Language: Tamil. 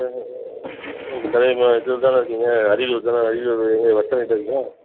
இப்போ கலியப்பெருமாள் இதில் தான் இருக்கீங்க அரியலூர் தானே அரியலூர் எங்கே பஸ் ஸ்டாண்டுக்கிட்ட இருக்கீங்களா